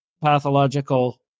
pathological